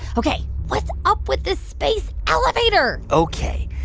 ok, what's up with this space elevator? ok.